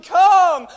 come